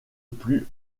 plus